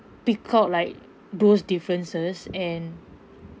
pick out like those differences and